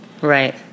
Right